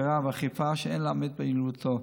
בקרה ואכיפה שאין להמעיט ביעילותו.